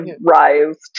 rise